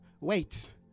wait